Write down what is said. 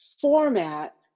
format